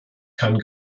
kann